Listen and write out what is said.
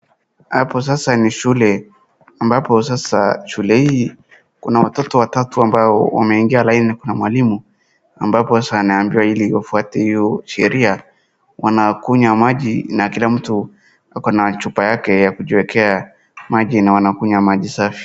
Hapo sasa ni shule ambapo sasa shule hii, kuna watoto watatu ambao wameingia laini, kuna mwalimu, ambapo sasa anawaambia ili wafuate hio sheria, wanakunywa maji na kila mtu ako na chupa yake ya kujiwekea maji na wanakunywa maji safi.